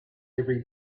every